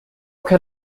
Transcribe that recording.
can